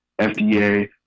FDA